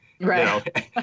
Right